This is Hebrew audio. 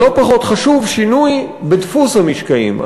אבל לא פחות חשוב, שינוי בדפוס המשקעים.